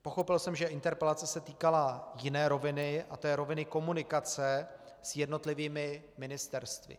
Pochopil jsem, že interpelace se týkala jiné roviny, to je roviny komunikace s jednotlivými ministerstvy.